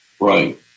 Right